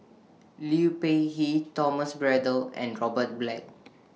Liu Peihe Thomas Braddell and Robert Black